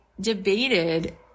debated